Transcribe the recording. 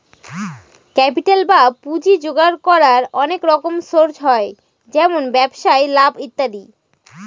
capital বা পুঁজি জোগাড় করার অনেক রকম সোর্স হয় যেমন ব্যবসায় লাভ ইত্যাদি